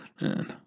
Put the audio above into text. Man